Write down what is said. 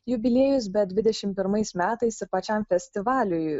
jubiliejus bet dvidešim pirmais metais ir pačiam festivaliui